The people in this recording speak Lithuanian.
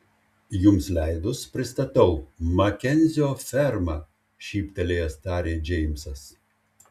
jums leidus pristatau makenzio ferma šyptelėjęs tarė džeimsas